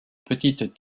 petites